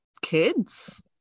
kids